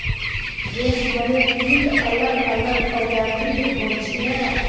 रेशमेर कीट अलग अलग प्रजातिर होचे